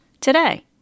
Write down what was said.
today